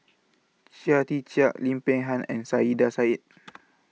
Chia Tee Chiak Lim Peng Han and Saiedah Said